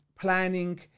planning